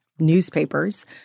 newspapers